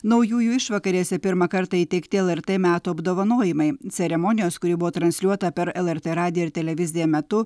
naujųjų išvakarėse pirmą kartą įteikti lrt metų apdovanojimai ceremonijos kuri buvo transliuota per lrt radiją ir televiziją metu